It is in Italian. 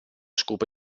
scopi